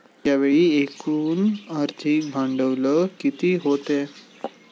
यावेळी एकूण आर्थिक भांडवल किती होते?